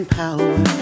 power